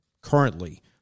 currently